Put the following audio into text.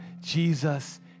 Jesus